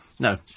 No